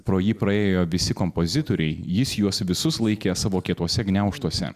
pro jį praėjo visi kompozitoriai jis juos visus laikė savo kietuose gniaužtuose